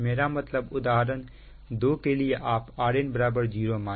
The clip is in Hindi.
मेरा मतलब उदाहरण दो के लिए आप Rn 0 माने